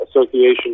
association